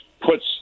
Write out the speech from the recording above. puts